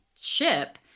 ship